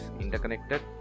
interconnected